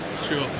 sure